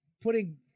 putting